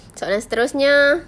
soalan seterusnya